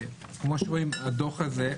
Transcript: כמו שאתם רואים בדוח הזה,